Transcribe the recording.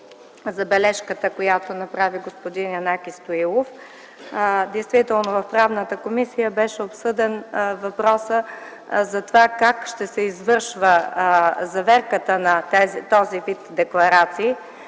забележката, която направи господин Янаки Стоилов. Действително в Правната комисия беше обсъден въпросът за това как ще се извършва заверката на този вид декларации,